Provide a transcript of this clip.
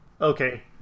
okay